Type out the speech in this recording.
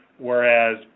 whereas